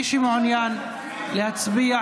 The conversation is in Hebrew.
מי שמעוניין להצביע,